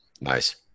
Nice